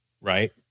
right